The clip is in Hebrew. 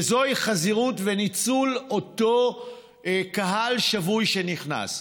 וזוהי חזירות וניצול אותו קהל שבוי שנכנס.